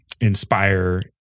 inspire